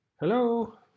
Hello